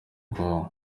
bwonko